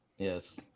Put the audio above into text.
Yes